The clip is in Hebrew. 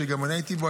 שגם אני הייתי בו,